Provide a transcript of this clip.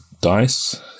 dice